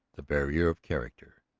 the barrier of character.